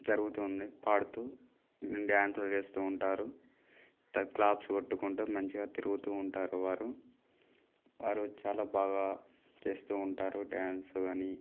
జరుగుతూ ఉంది పాడుతూ డ్యాన్సులు చేస్తూ ఉంటారు త క్లాప్స్ కొట్టుకుంటూ మంచిగా తిరుగుతూ ఉంటారు వారు వారు చాలా బాగా చేస్తూ ఉంటారు డ్యాన్స్ గానీ